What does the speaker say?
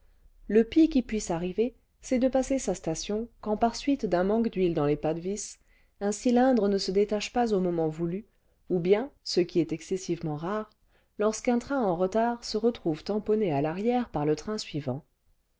le pis qui puisse arriver c'est de passer sa station quand par suite d'un manque d'huile dans les pas de vis un cylindre ne se détache pas au un tabouret de l'académie française moment voulu ou bien ce qui est excessivement rare lorsqu'un train en retard se trouve tamponné à l'arrière par le train suivant